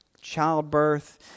childbirth